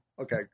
Okay